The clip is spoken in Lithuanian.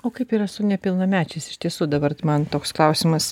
o kaip yra su nepilnamečiais iš tiesų dabar man toks klausimas